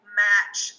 match